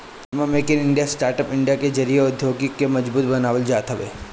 एमे make in India, startup India के जरिया से औद्योगिकी के मजबूत बनावल जात हवे